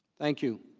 thank you.